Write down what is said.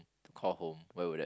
call home where would that